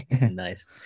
nice